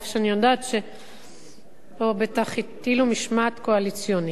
יודעת שפה בטח הטילו משמעת קואליציונית.